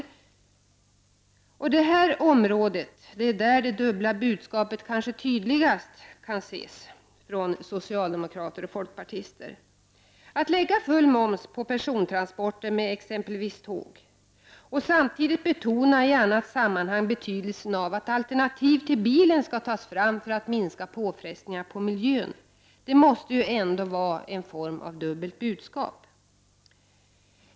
Det är på det området socialdemokraternas och folkpartiets dubbla budskap kanske tydligast kan ses. Att lägga full moms på persontransporter med exempelvis tåg, och samtidigt betona i annat sammanhang betydelsen av att alternativ till bilen skall tas fram för att minska påfrestningarna på miljön, måste ändå vara en form av dubbelt budskap.